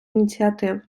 ініціатив